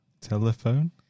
telephone